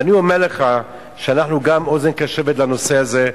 ואני אומר לך שאנחנו גם אוזן קשבת לנושא הזה.